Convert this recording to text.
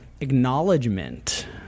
acknowledgement